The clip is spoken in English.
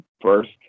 first